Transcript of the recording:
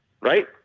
right